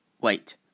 Wait